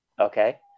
Okay